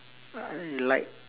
I like